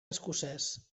escocès